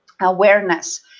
awareness